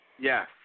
Yes